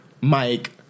Mike